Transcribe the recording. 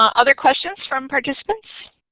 um other questions from participants?